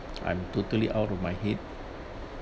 I'm totally out of my head